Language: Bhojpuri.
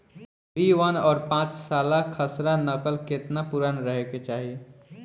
बी वन और पांचसाला खसरा नकल केतना पुरान रहे के चाहीं?